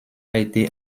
été